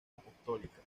apostólica